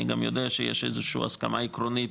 אני גם יודע שיש איזושהי הסכמה עקרונית